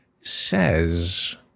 says